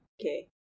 Okay